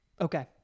Okay